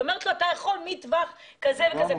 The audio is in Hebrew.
היא אומרת לו: אתה יכול להחליט מטווח כזה וכזה,